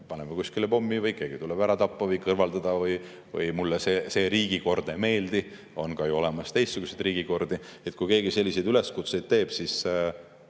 paneme kuskile pommi või keegi tuleb ära tappa või kõrvaldada või mulle see riigikord ei meeldi, on ka ju teistsugused riigikordi – kui keegi selliseid üleskutseid teeb, siis